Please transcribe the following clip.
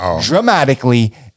dramatically